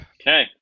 Okay